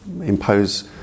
impose